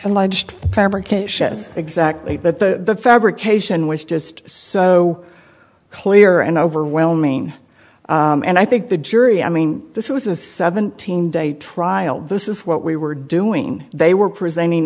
is exactly that the fabrication was just so clear and overwhelming and i think the jury i mean this was a seventeen day trial this is what we were doing they were presenting